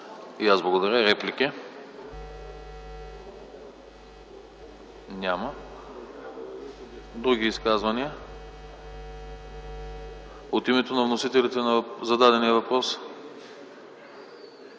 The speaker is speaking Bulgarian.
И аз благодаря. Реплики? Няма. Други изказвания? От името на вносителите – отговор на зададения въпрос?